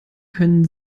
können